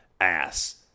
ass